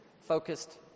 focused